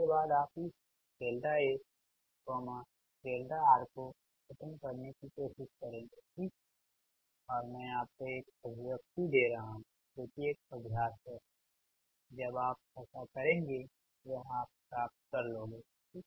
उसके बाद आप इस SR को खत्म करने की कोशिश करेंगे ठीक और मैं आपको एक अभिव्यक्ति दे रहा हूं जो कि एक अभ्यास है जब आप ऐसा करेंगे यह आप प्राप्त कर लोगे ठीक